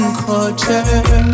culture